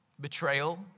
Betrayal